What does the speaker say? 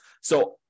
So-